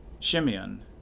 Shimeon